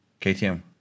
KTM